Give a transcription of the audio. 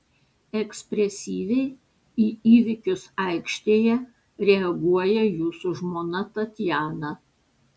ekspresyviai į įvykius aikštėje reaguoja jūsų žmona tatjana